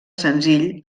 senzill